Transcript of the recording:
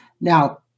Now